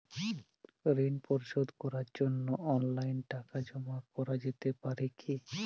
ঋন পরিশোধ করার জন্য অনলাইন টাকা জমা করা যেতে পারে কি?